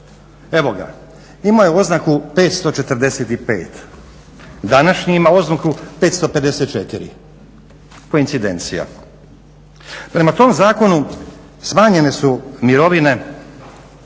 Evo ga, imao je oznaku 545, današnji ima oznaku 554, koincidencija. Prema tom HDZ-ovom zakonu smanjene su mirovine